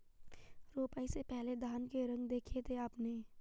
रोपाई से पहले धान के रंग देखे थे आपने?